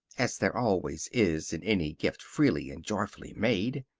as there always is in any gift freely and joyfully made.